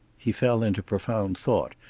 he fell into profound thought,